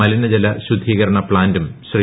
മലിനജല ശുദ്ധീകരണ പ്പാന്റും ശ്രീ